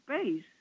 space